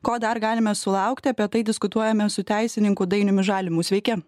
ko dar galime sulaukti apie tai diskutuojame su teisininku dainiumi žalimu sveiki